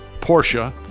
Porsche